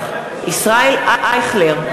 ישראל אייכלר,